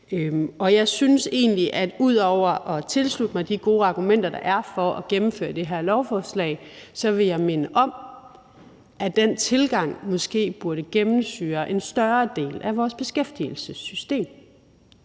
Og jeg synes egentlig, at jeg ud over at tilslutte mig de gode argumenter, der er, for at gennemføre det her lovforslag, vil minde om, at den tilgang måske burde gennemsyre en større del af vores beskæftigelsessystem.